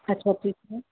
अच्छा ठीक ऐ